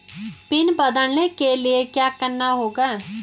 Pin बदलने के लिए क्या करना होगा?